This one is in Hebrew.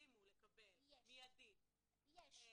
ויסכימו לקבל מיידית --- יש.